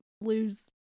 lose